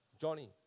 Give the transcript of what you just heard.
Johnny